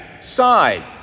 side